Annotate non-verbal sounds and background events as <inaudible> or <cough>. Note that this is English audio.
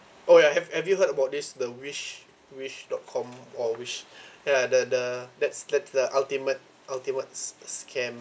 oh ya have have you heard about this the Wish Wish dot com or Wish <breath> ya the the that's that's the ultimate ultimate s~ scam